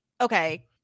okay